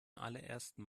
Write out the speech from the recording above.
allerersten